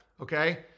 okay